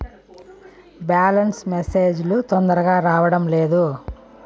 Balance message లు తొందరగా రావడం లేదు?